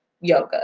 yoga